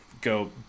go